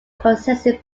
processing